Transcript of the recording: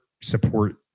support